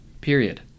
period